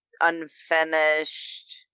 unfinished